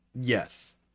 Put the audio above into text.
yes